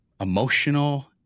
emotional